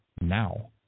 now